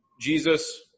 Jesus